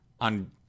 on